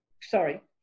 Sorry